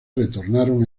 retornaron